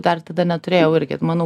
dar tada neturėjau irgi manau